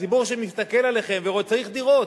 והציבור שמסתכל עליכם צריך דירות.